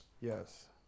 yes